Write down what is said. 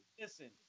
Listen